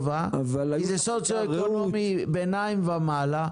זה סוציו-אקונומי ביניים ומעלה.